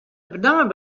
benammen